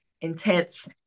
intense